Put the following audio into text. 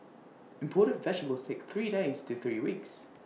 imported vegetables sake three days to three weeks